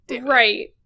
Right